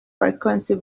frequency